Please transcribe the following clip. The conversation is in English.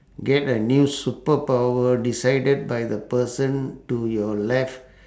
get a new superpower decided by the person to your left